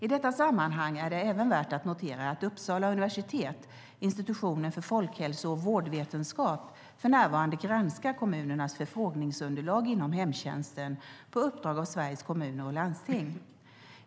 I detta sammanhang är det även värt att notera att Uppsala universitet, Institutionen för folkhälso och vårdvetenskap, för närvarande granskar kommunernas förfrågningsunderlag inom hemtjänsten, på uppdrag av Sveriges Kommuner och Landsting.